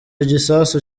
gisasu